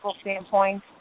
standpoint